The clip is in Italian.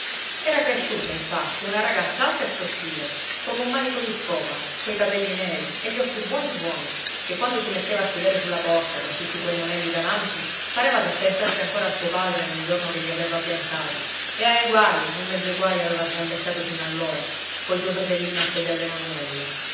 era cresciuta infatti una ragazza alta e sottile come un manico di scopa coi capelli neri e gli occhi buoni buoni che quando si metteva a sedere sulla porta con tutti quei monelli davanti pareva che pensasse ancora a suo padre nel giorno che li aveva piantati e ai guai in mezzo ai quali aveva sgambettato sino allora coi suoi fratellini appesi alle gonnelle